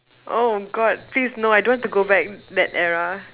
oh god please no I don't want to go back that era